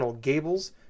gables